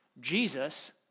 Jesus